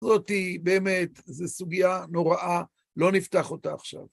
זאתי באמת, זו סוגיה נוראה, לא נפתח אותה עכשיו.